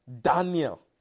Daniel